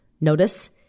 Notice